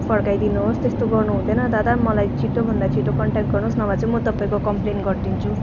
फर्काइ दिनुहोस् त्यस्तो गर्नु हुँदैन दादा मलाई छिटोभन्दा छिटो कन्ट्याक गर्नुहोस् नभए चाहिँ म तपाईँको कम्प्लेन गरिदिन्छु